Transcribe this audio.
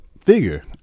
figure